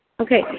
Okay